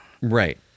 Right